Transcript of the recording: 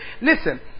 Listen